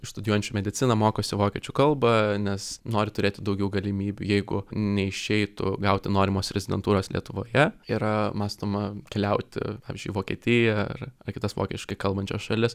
iš studijuojančių mediciną mokosi vokiečių kalbą nes nori turėti daugiau galimybių jeigu neišeitų gauti norimos rezidentūros lietuvoje yra mąstoma keliauti pavyzdžiui į vokietiją ar ar kitas vokiškai kalbančias šalis